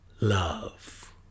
love